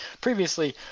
previously